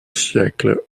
siècle